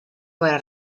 para